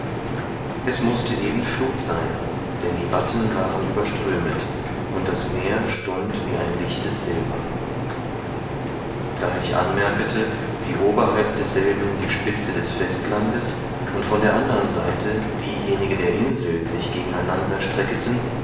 es mußte eben fluth sein denn die watten waren überströmet und das meer stund wie ein lichtes silber da ich anmerkete wie oberhalb desselben die spitze des festlandes und von der andern seite diejenige der insel sich gegen